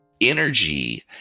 energy